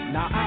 Now